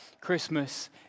Christmas